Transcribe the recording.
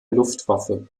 luftwaffe